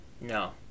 No